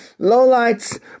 lowlights